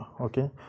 okay